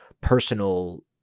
personal